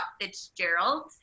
Fitzgerald